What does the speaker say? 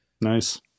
Nice